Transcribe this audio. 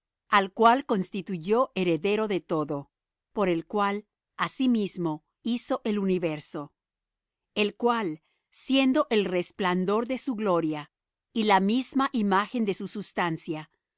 al cual constituyó heredero de todo por el cual asimismo hizo el universo el cual siendo el resplandor de su gloria y la misma imagen de su sustancia